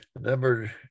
Number